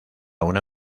una